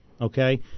Okay